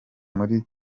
muri